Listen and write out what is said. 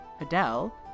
Adele